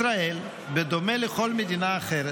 ישראל, בדומה לכל מדינה אחרת,